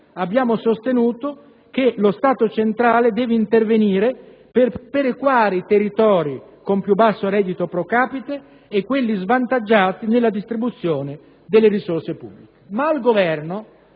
abbiamo sostenuto che lo Stato centrale deve intervenire per perequare i territori con più basso reddito *pro capite* e quelli svantaggiati nella distribuzione delle risorse pubbliche.